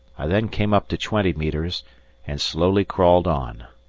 i then came up to twenty metres and slowly crawled on.